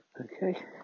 Okay